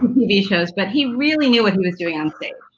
tv shows but he really knew what he was doing on stage.